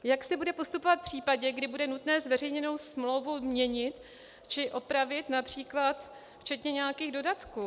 Jak se bude postupovat v případě, kdy bude nutné zveřejněnou smlouvu měnit či opravit, například včetně nějakých dodatků?